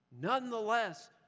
Nonetheless